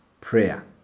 Prayer